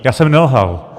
Já jsem nelhal.